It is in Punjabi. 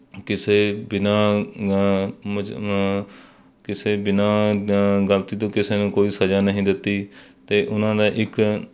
ਕਿਸੇ ਬਿਨਾ ਮਜ ਕਿਸੇ ਬਿਨਾ ਗਲਤੀ ਤੋਂ ਕਿਸੇ ਨੂੰ ਕੋਈ ਸਜ਼ਾ ਨਹੀਂ ਦਿੱਤੀ ਅਤੇ ਉਹਨਾਂ ਦਾ ਇੱਕ